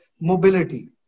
mobility